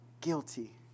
guilty